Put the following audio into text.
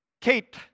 Kate